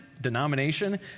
denomination